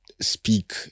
speak